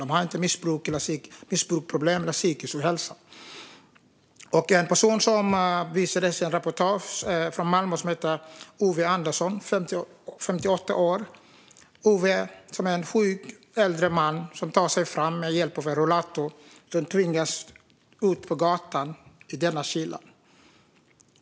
De har inga missbruksproblem eller någon psykisk ohälsa. En person som visades i ett reportage från Malmö heter Ove Andersson och är 58 år. Ove är en sjuk äldre man som tar sig fram med hjälp av rollator och som tvingas ut på gatan i denna kyla.